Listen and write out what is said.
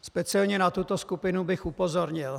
Speciálně na tuto skupinu bych upozornil.